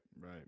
right